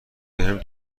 بهم